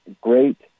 great